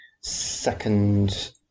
second